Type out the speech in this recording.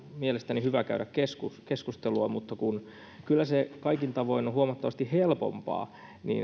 mielestäni hyvä käydä keskustelua keskustelua kyllä se kaikin tavoin on huomattavasti helpompaa